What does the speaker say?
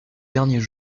derniers